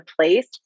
place